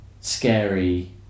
scary